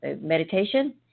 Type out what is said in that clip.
Meditation